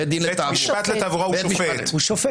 בבית משפט לתעבורה הוא שופט.